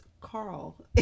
Carl